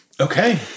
Okay